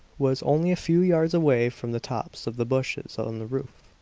was only a few yards away from the tops of the bushes on the roof.